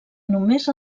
només